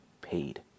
paid